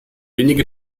wenige